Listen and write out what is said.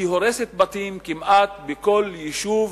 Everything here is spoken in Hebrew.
הורסת בתים כמעט בכל יישוב,